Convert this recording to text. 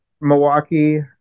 Milwaukee